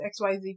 xyz